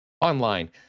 online